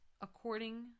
according